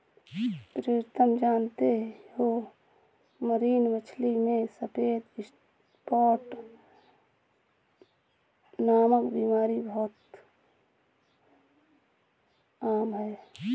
प्रीतम जानते हो मरीन मछली में सफेद स्पॉट नामक बीमारी बहुत आम है